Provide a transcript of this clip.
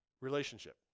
relationship